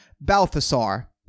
Balthasar